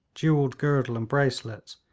jewelled girdle and bracelets,